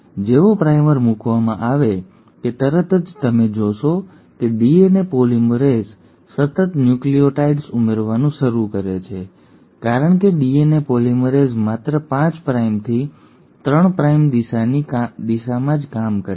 જેવો પ્રાઇમર મૂકવામાં આવે કે તરત જ તમે જોશો કે ડીએનએ પોલિમરેઝ સતત ન્યુક્લિઓટાઇડ્સ ઉમેરવાનું શરૂ કરે છે કારણ કે ડીએનએ પોલિમરેઝ માત્ર 5 પ્રાઇમથી 3 પ્રાઇમ દિશાની દિશામાં જ કામ કરે છે